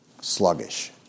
Sluggish